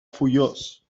foios